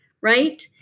Right